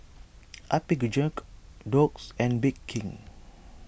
Apgujeong Doux and Bake King